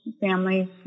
families